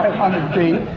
hundred feet.